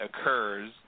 occurs